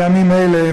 בימים אלה,